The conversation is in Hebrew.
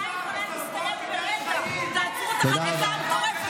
צריך לצאת נגד זה חוצץ.